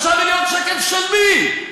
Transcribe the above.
5 מיליון שקל של מי?